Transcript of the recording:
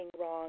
wrong